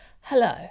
Hello